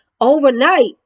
overnight